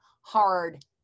hard